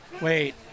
wait